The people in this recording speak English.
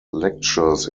lectures